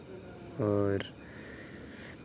और